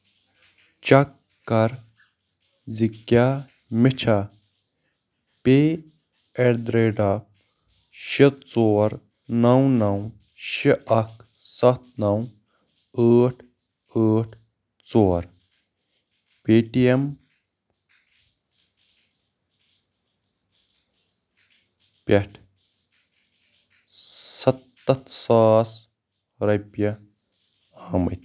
چک کَر زِ کیٛاہ مےٚ چھا pay at the rate of شےٚ ژور نَو نَو شےٚ اَکھ سَتھ نَو ٲٹھ ٲٹھ ژور پے ٹی اٮ۪م پٮ۪ٹھٕ سَتَتھ ساس رۄپیہِ آمٕتۍ